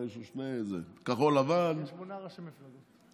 כחול לבן, יש שמונה ראשי מפלגות.